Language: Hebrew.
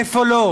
איפה לא,